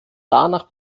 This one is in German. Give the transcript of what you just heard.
danach